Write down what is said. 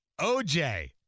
OJ